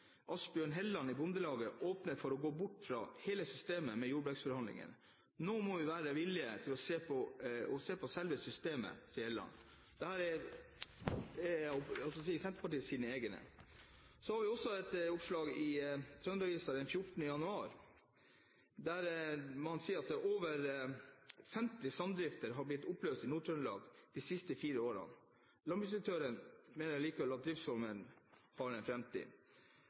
Asbjørn Helland i Bondelaget åpner for å gå bort fra hele systemet med jordbruksforhandlinger. «Nå må vi være villige til å se på selve systemet, sier Helland.» Dette er Senterpartiets egne. Så har vi også et oppslag i Trønder-Avisa 14. januar, der man sier at over 50 samdrifter har blitt oppløst i Nord-Trøndelag de siste fire årene. Landbruksdirektøren mener likevel at driftsformen har en